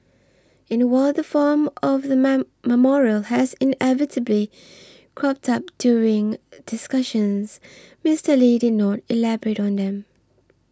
and while the form of the man memorial has inevitably cropped up during discussions Mister Lee did not elaborate on them